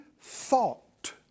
thought